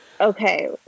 Okay